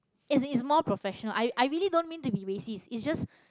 as in it's more professional I I really don't mean to be racist is just